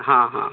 हाँ हाँ